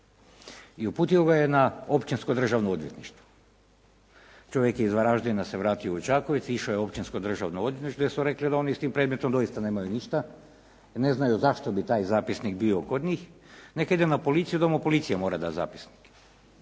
I uputio ga je na Općinsko državno odvjetništvo. Čovjek je iz Varaždina se vratio u Čakovec i išao je u Općinsko državno odvjetništvo jer su mu rekli da oni s tim predmetom doista nemaju ništa, ne znaju zašto bi taj zapisnik bio kod njih, nek' ide na policiju, da mu policija mora dati zapisnik.